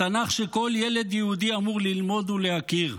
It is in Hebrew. התנ"ך שכל ילד יהודי אמור ללמוד ולהכיר,